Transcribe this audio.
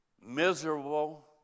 miserable